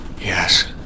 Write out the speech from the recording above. Yes